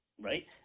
Right